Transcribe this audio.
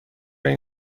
این